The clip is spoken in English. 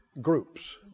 groups